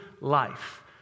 life